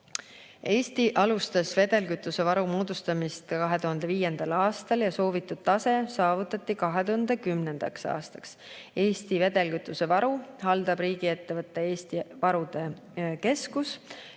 Eesti alustas vedelkütusevaru moodustamist 2005. aastal ja soovitud tase saavutati 2010. aastaks. Eesti vedelkütusevaru haldab riigiettevõte Eesti Varude Keskus